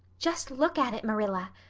just look at it, marilla.